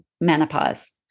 menopause